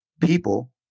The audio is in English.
people